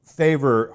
favor